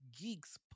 Geeks